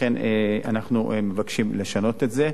ולכן אנחנו מבקשים לשנות את זה.